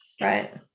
Right